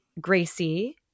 Gracie